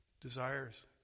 desires